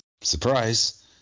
Surprise